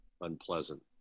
unpleasant